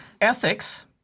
Ethics